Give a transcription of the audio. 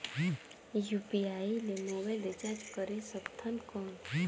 UPI ले mobile recharge करे सकथन कौन?